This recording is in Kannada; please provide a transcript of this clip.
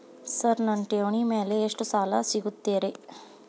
ಸರ್ ನನ್ನ ಠೇವಣಿ ಮೇಲೆ ಎಷ್ಟು ಸಾಲ ಸಿಗುತ್ತೆ ರೇ?